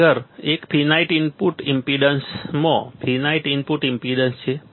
આગળ એક finite input ઈમ્પેડન્સમાં ફિનાઈટ ઇનપુટ ઈમ્પેડન્સ છે